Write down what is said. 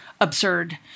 absurd